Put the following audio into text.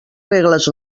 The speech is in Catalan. regles